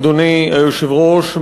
אדוני היושב-ראש,